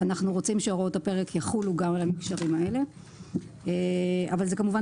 אנחנו רוצים שהוראות הפרק יחולו גם על המקשרים האלה אבל זה כמובן